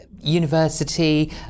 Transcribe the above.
university